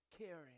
caring